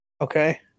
Okay